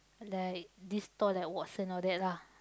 like this store like Watson all that lah